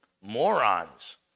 morons